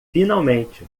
finalmente